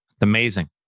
amazing